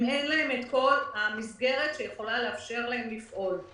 אם אין את כל המסגרת שיכולה לאפשר להם לפעול.